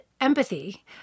empathy